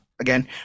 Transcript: again